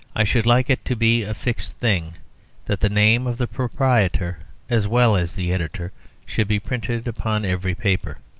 i should like it to be a fixed thing that the name of the proprietor as well as the editor should be printed upon every paper.